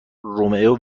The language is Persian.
رومئو